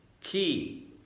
key